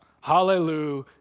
hallelujah